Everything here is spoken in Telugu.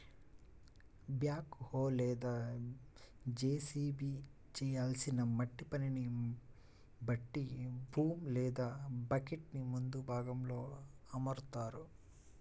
బ్యాక్ హో లేదా జేసిబి చేయాల్సిన మట్టి పనిని బట్టి బూమ్ లేదా బకెట్టుని ముందు భాగంలో అమరుత్తారు